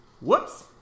Whoops